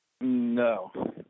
No